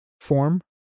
form